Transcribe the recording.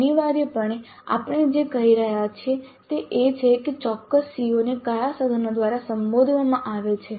અનિવાર્યપણે આપણે જે કહી રહ્યા છીએ તે એ છે કે ચોક્કસ CO ને કયા સાધનો દ્વારા સંબોધવામાં આવે છે